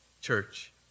Church